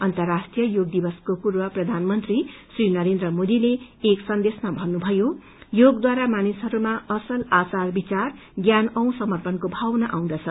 अन्तर्राष्टीय योग दिवसको पूर्व प्रधानमन्त्री श्री नरेन्द्र मोदीले एक सन्देशमा भन्नुथयो योगद्वारा मानिसहरूमा असल आचार विचार ज्ञान औ समर्पणको भावना आउँदछ